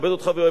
תקן את העובדות.